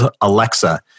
Alexa